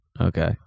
Okay